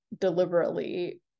deliberately